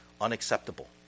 Unacceptable